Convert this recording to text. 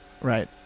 Right